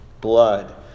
blood